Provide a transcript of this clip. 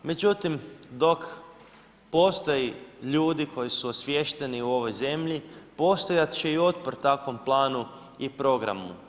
Međutim, dok postoje ljudi koji su osviješteni u ovoj zemlji postojat će i otpor takvom planu i programu.